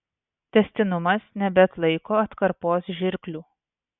tęstinumas nebeatlaiko atkarpos žirklių